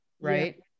right